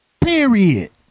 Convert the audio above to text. Period